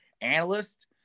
analyst